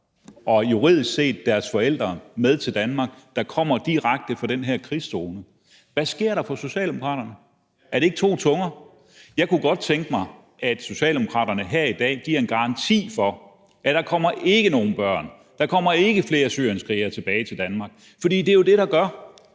og juridisk set deres forældre, der kommer direkte fra den her krigszone, til Danmark? Hvad sker der for Socialdemokraterne? Er det ikke at tale med to tunger? Jeg kunne godt tænke mig, at Socialdemokraterne her i dag gav en garanti for, at der ikke kommer nogen børn og at der ikke kommer flere syrienskrigere tilbage til Danmark. For det er jo det, der